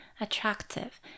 attractive